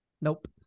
Nope